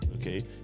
okay